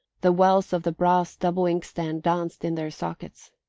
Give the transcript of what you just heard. the wells of the brass double-inkstand danced in their sockets.